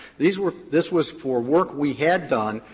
these were this was for work we had done,